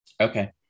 Okay